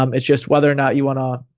um it's just whether or not you want to,